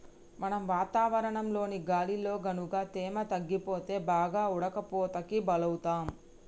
మనం వాతావరణంలోని గాలిలో గనుక తేమ తగ్గిపోతే బాగా ఉడకపోతకి బలౌతాం